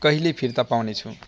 कहिले फिर्ता पाउनेछु